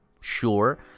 sure